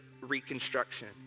reconstruction